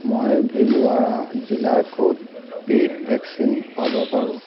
মই ভিলৱাৰা জিলাৰ ক'ত পে'ইড ভেকচিন পাব পাৰোঁ